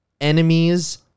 enemies